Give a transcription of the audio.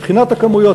מבחינת הכמויות,